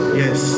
yes